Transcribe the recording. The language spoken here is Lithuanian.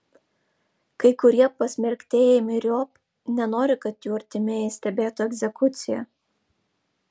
kai kurie pasmerktieji myriop nenori kad jų artimieji stebėtų egzekuciją